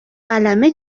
قلمه